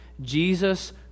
Jesus